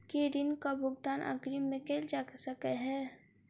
की ऋण कऽ भुगतान अग्रिम मे कैल जा सकै हय?